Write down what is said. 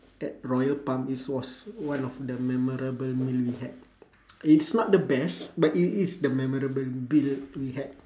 that royal palm is was one of the memorable meal we had it's not the best but it is the memorable meal we had